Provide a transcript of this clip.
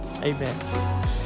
Amen